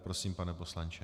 Prosím, pane poslanče.